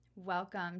Welcome